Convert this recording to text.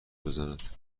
بزند